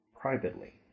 privately